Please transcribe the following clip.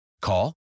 Call